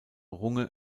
runge